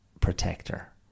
protector